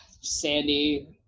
sandy